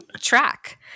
Track